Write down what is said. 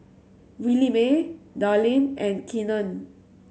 Williemae Darlene and Keenan